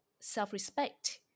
self-respect